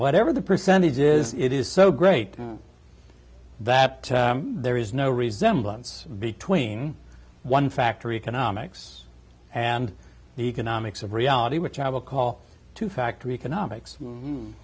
whatever the percentage is it is so great that there is no resemblance between one factor economics and the economics of reality which i will call two factor economics